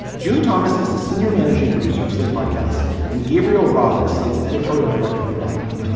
june thomas is the senior managing producer of slate podcast and gabriel roth is slate's editorial director for audio.